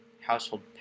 household